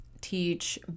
teach